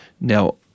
Now